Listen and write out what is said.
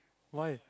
why